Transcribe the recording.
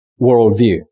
worldview